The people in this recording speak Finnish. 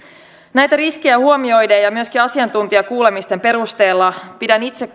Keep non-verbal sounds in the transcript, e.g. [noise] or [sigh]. näitä riskejä huomioiden ja myöskin asiantuntijakuulemisten perusteella pidän itse [unintelligible]